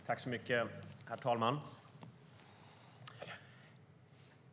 Herr talman!